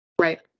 Right